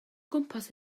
gwmpas